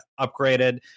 upgraded